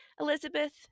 Elizabeth